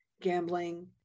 gambling